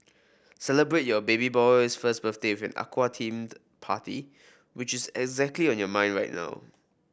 celebrate your baby boy's first birthday with aqua themed party which is exactly on your mind right now